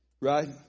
right